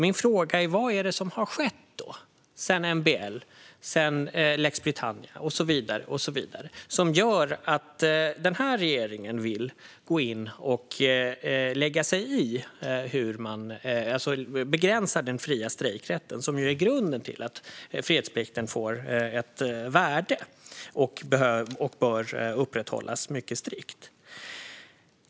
Min fråga är därför: Vad är det som har skett sedan MBL, lex Laval och så vidare som gör att den här regeringen vill gå in och begränsa den fria strejkrätten, som ju är grunden till att fredsplikten får ett värde och bör upprätthållas mycket strikt?